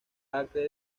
acre